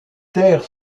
terres